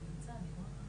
הקצאות לכל סעיף בתוכנית.